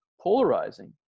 polarizing